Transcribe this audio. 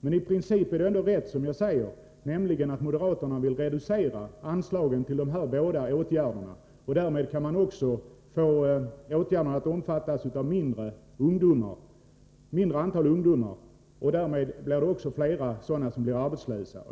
men i princip är det ändå rätt som jag säger, nämligen att moderaterna vill reducera anslaget till dessa båda åtgärder. Därmed kommer färre ungdomar att omfattas av åtgärderna och därmed blir också fler ungdomar arbetslösa.